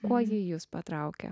kuo ji jus patraukia